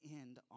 end